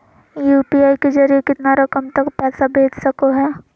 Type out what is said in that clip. UPI के जरिए कितना रकम तक पैसा भेज सको है?